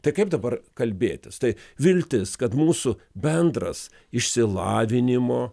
tai kaip dabar kalbėtis tai viltis kad mūsų bendras išsilavinimo